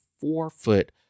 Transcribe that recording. four-foot